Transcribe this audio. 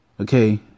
Okay